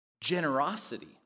generosity